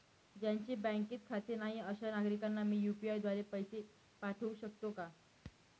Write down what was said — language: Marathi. ज्यांचे बँकेत खाते नाही अशा नागरीकांना मी यू.पी.आय द्वारे पैसे पाठवू शकतो का?